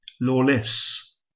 lawless